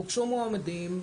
הוגשו מועמדים.